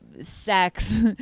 sex